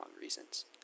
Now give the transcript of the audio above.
reasons